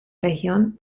región